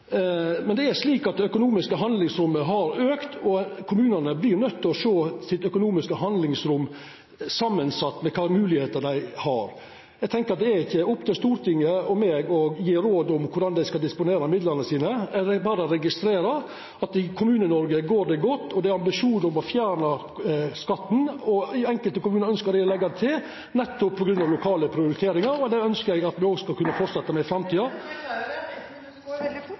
Men det økonomiske handlingsrommet har auka, og kommunane vert nøydde til å sjå på det økonomiske handlingsrommet sitt i samband med kva moglegheiter dei har. Eg tenkjer at det ikkje er opp til Stortinget og meg å gje råd om korleis dei skal disponera midlane sine – eg registrerer berre at i Kommune-Noreg går det godt. Det er ambisjonar om å fjerna skatten, og enkelte kommunar ønskjer å leggja han til, nettopp på grunn av lokale prioriteringar. Det ønskjer eg at ein skal kunne halda fram med i framtida.